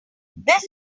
this